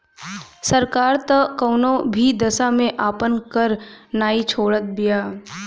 सरकार तअ कवनो भी दशा में आपन कर नाइ छोड़त बिया